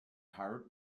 carved